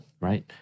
Right